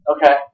Okay